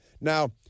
Now